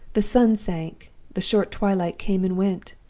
the sun sank the short twilight came and went.